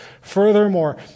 Furthermore